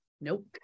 Nope